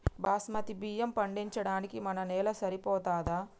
బాస్మతి బియ్యం పండించడానికి మన నేల సరిపోతదా?